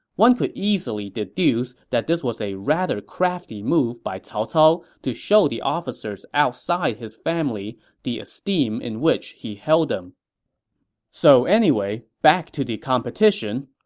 one could easily deduce that this was a rather crafty move by cao cao to show the officers outside his family the esteem in which he held them so anyway, back to the competition.